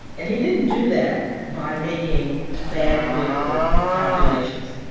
and he didn't do that by making bad political calculations.